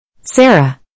Sarah